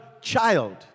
child